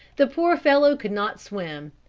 the poor fellow could not swim,